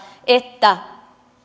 että